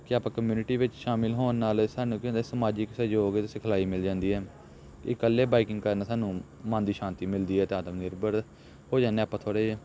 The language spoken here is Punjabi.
ਕਿ ਆਪਾਂ ਕਮਿਊਨਿਟੀ ਵਿੱਚ ਸ਼ਾਮਿਲ ਹੋਣ ਨਾਲ ਸਾਨੂੰ ਕੀ ਹੁੰਦਾ ਸਮਾਜਿਕ ਸਹਿਯੋਗ ਅਤੇ ਸਿਖਲਾਈ ਮਿਲ ਜਾਂਦੀ ਹੈ ਇਕੱਲੇ ਬਾਈਕਿੰਗ ਕਰਨ ਸਾਨੂੰ ਮਨ ਦੀ ਸ਼ਾਂਤੀ ਮਿਲਦੀ ਹੈ ਤਾਂ ਆਤਮ ਨਿਰਭਰ ਹੋ ਜਾਂਦੇ ਹਾਂ ਆਪਾਂ ਥੋੜ੍ਹੇ ਜਿਹੇ